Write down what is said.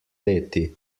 leti